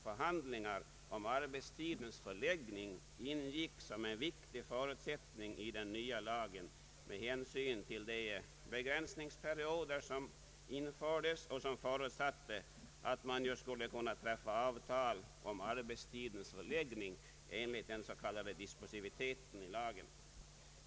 Förhandlingar om arbetstidens förläggning ingick också som en viktig förutsättning i den nya lagen med hänsyn till de begränsningsperioder som infördes och som förutsatte att avtal skulle kunna träffas om arbetstidens förläggning enligt den s.k. dispositiviteten i lagen.